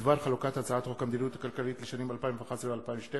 בדבר חלוקת הצעת חוק המדיניות הכלכלית לשנים 2011 ו-2012